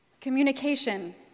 Communication